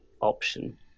option